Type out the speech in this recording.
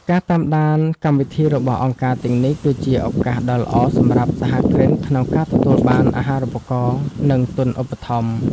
ការតាមដានកម្មវិធីរបស់អង្គការទាំងនេះ គឺជាឱកាសដ៏ល្អសម្រាប់សហគ្រិនក្នុងការទទួលបាន "អាហារូបករណ៍ និងទុនឧបត្ថម្ភ"។